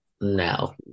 No